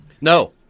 No